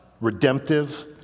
redemptive